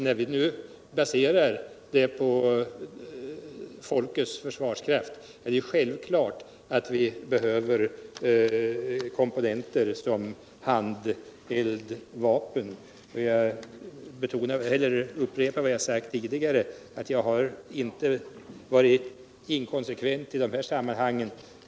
När vi nu baserar neutralitetspolitiken på folkets försvarskraft, är det självklart att vi behöver sådana komponenter som handeldvapen. Jag upprepar att jag inte har varit inkonsekvent i de här sammanhangen.